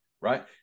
right